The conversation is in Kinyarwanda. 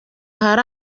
ahari